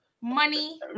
money